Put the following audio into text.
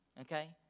Okay